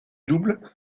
double